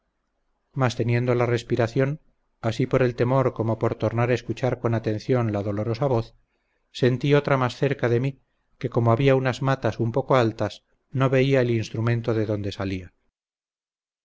mas teniendo la respiración así por el temor como por tornar a escuchar con atención la dolorosa voz sentí otra más cerca de mí que como había unas matas un poco altas no veía el instrumento de donde salía